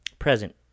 present